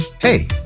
Hey